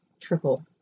triple